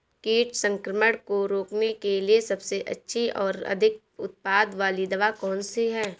कीट संक्रमण को रोकने के लिए सबसे अच्छी और अधिक उत्पाद वाली दवा कौन सी है?